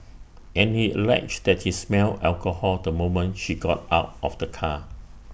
and he alleged that he smelled alcohol the moment she got out of the car